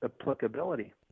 applicability